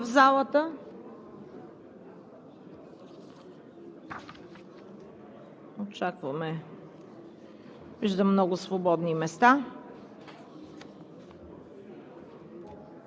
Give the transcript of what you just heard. Не виждам други изказвания. Преминаваме към гласуване. Моля, колеги, заемете местата си в залата